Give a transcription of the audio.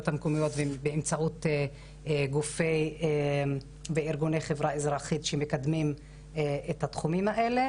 המקומיות ובאמצעות גופי וארגוני חברה אזרחית שמקדמים את התחומים האלה,